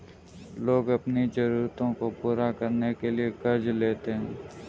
लोग अपनी ज़रूरतों को पूरा करने के लिए क़र्ज़ लेते है